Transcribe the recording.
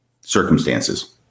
circumstances